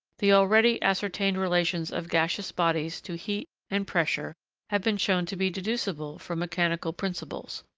the already ascertained relations of gaseous bodies to heat and pressure have been shown to be deducible from mechanical principles.